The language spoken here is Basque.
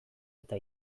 eta